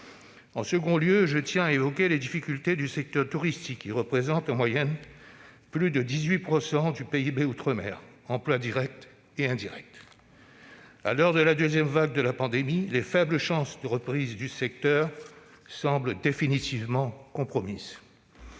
En deuxième lieu, je tiens à évoquer les difficultés du secteur touristique, qui représente, en moyenne, plus de 18 % du PIB- emplois directs et indirects. À l'heure de la deuxième vague pandémique, les faibles chances de reprise du secteur semblent définitivement compromises.